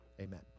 amen